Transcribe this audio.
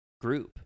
group